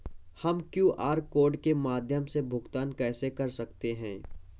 हम QR code के माध्यम से भुगतान कैसे कर सकते हैं?